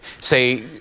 say